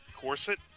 Corset